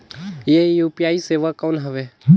ये यू.पी.आई सेवा कौन हवे?